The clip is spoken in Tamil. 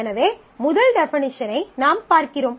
எனவே முதல் டெஃபனிஷனை நாம் பார்க்கிறோம்